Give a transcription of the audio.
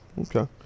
Okay